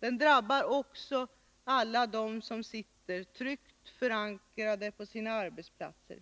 Den drabbar genom ökade kostnader även dem som sitter tryggt förankrade på sina arbetsplatser.